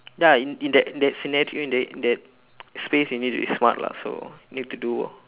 ya in that in that scenario in that in that space you need to be smart lah so need to do